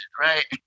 right